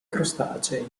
crostacei